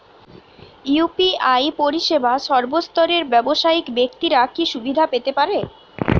UPI পরিসেবা সর্বস্তরের ব্যাবসায়িক ব্যাক্তিরা কি সুবিধা পেতে পারে?